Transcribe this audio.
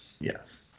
Yes